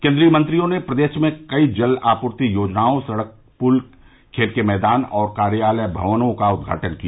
केन्द्रीय मंत्रियों ने प्रदेश में कई जल आपूर्ति योजनाओं सड़क पूल खेल के मैदान और कार्यालय भवनों का उदघाटन किया